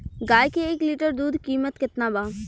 गाय के एक लीटर दूध कीमत केतना बा?